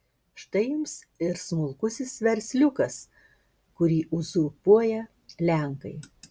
štai jums ir smulkusis versliukas kurį uzurpuoja lenkai